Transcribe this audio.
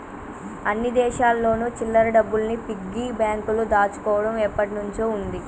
అన్ని దేశాల్లోను చిల్లర డబ్బుల్ని పిగ్గీ బ్యాంకులో దాచుకోవడం ఎప్పటినుంచో ఉంది